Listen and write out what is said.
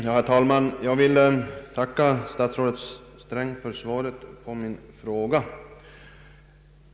Herr talman! Jag vill tacka statsrådet Sträng för svaret på min fråga.